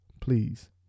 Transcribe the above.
please